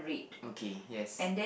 okay yes